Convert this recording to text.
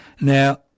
Now